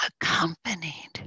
Accompanied